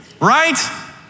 right